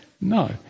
No